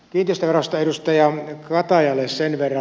kiinteistöverosta edustaja katajalle sen verran